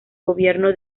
gobierno